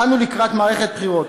אנו לקראת מערכת בחירות.